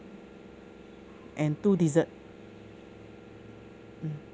and two dessert